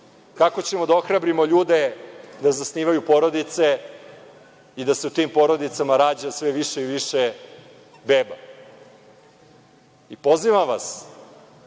Kako ćemo da ohrabrimo ljude da zasnivaju porodice i da se u tim porodicama rađa sve više i više beba?I pozivam vas